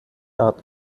art